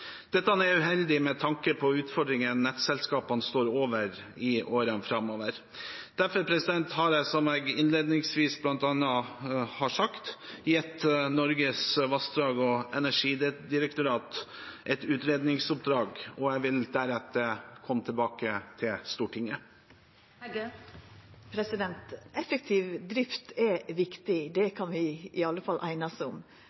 Dette er uheldig med tanke på utfordringene nettselskapene står overfor i årene framover. Derfor har jeg, som jeg bl.a. innledningsvis har sagt, gitt Norges vassdrags- og energidirektorat et utredningsoppdrag. Jeg vil deretter komme tilbake til Stortinget. Effektiv drift er viktig. Det kan vi i alle fall einast om.